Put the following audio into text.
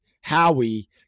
Howie